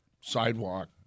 sidewalk